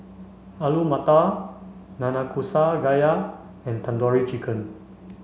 Alu Matar Nanakusa Gayu and Tandoori Chicken